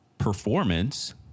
performance